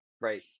Right